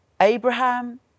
Abraham